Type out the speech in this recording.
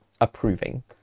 approving